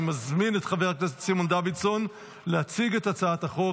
אני מזמין את חבר הכנסת סימון דוידסון להציג את הצעת החוק.